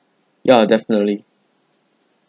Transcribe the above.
ya definitely